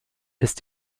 ist